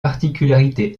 particularités